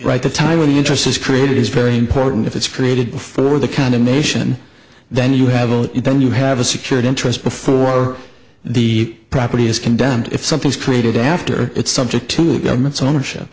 right the time when the interest is created is very important if it's created before the kind of nation then you have a lot you don't you have a secured interest before the property is condemned if something is created after it's subject to the government's ownership